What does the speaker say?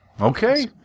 Okay